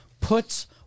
puts